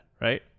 right